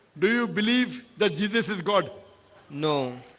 do you believe that jesus is god no,